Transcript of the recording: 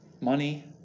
Money